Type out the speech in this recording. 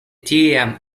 tiam